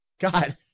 God